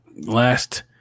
last